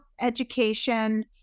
education